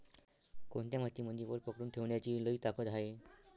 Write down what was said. कोनत्या मातीमंदी वल पकडून ठेवण्याची लई ताकद हाये?